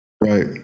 right